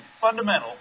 fundamental